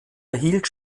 erhielt